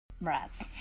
rats